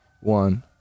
one